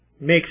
makes